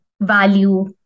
value